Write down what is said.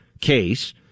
case